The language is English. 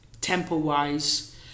tempo-wise